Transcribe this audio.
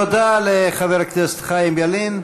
תודה לחבר הכנסת חיים ילין.